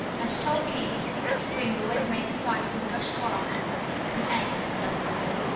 and she told keith that spring always made the siphon gush worse than ever, for some reason.